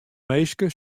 minske